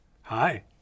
Hi